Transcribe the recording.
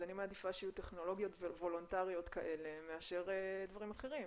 אז אני מעדיפה שיהיו טכנולוגיות וולונטריות כאלה מאשר דברים אחרים.